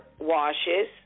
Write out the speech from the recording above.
washes